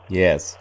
yes